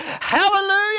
hallelujah